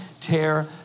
tear